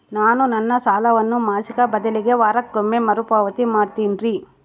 ನಾನು ನನ್ನ ಸಾಲವನ್ನು ಮಾಸಿಕ ಬದಲಿಗೆ ವಾರಕ್ಕೊಮ್ಮೆ ಮರುಪಾವತಿ ಮಾಡ್ತಿನ್ರಿ